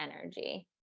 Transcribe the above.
energy